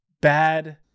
bad